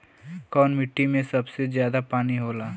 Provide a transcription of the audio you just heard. कौन मिट्टी मे सबसे ज्यादा पानी होला?